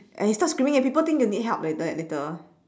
and you start screaming people think you need help later later